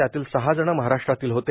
त्यातील सहा जण महाराष्ट्रातील होते